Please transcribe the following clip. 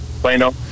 Plano